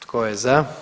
Tko je za?